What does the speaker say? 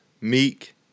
Meek